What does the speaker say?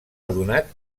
adonat